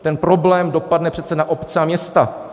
Ten problém dopadne přece na obce a města.